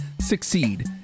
succeed